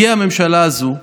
הגיעה הממשלה הזו,